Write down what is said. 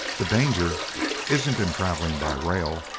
the danger isn't in traveling by rail,